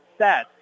stats